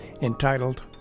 entitled